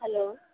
hello